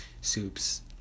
soups